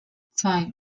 zwei